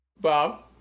Bob